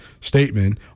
statement